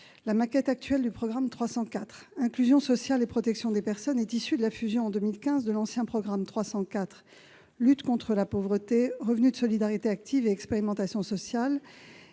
La maquette actuelle du programme 304, « Inclusion sociale et protection des personnes », est issue de la fusion, en 2015, de l'ancien programme 304, « Lutte contre la pauvreté : revenu de solidarité active et expérimentations sociales